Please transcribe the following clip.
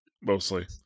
Mostly